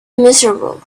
miserable